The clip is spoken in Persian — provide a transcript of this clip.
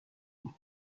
بود